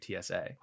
TSA